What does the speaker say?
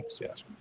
yes